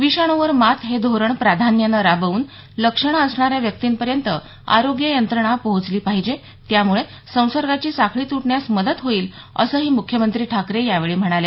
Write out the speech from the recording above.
विषाणुवर मात हे धोरण प्राधान्यानं राबवून लक्षणं असणाऱ्या व्यक्तींपर्यंत आरोग्य यंत्रणा पोहोचली पाहिजे त्यामुळे संसर्गाची साखळी तुटण्यास मदत होईल असंही मुख्यमंत्री ठाकरे यावेळी म्हणाले